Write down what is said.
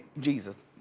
jesus.